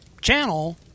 channel